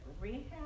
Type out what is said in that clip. rehab